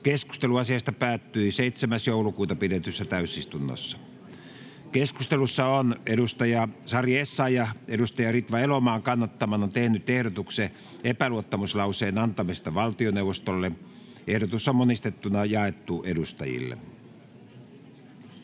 Keskustelu asiasta päättyi 7.12.2022 pidetyssä täysistunnossa. Keskustelussa on Sari Essayah Ritva Elomaan kannattamana tehnyt ehdotuksen epäluottamuslauseen antamisesta valtioneuvostolle. Ehdotus on monistettuna jaettu edustajille.